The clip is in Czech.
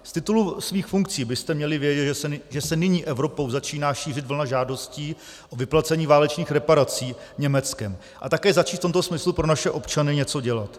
Z titulu svých funkcí byste měli vědět, že se nyní Evropou začíná šířit vlna žádostí o vyplacení válečných reparací Německem, a také začít v tomto smyslu pro naše občany něco dělat.